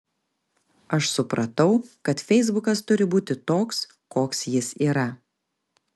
aš supratau kad feisbukas turi būti toks koks jis yra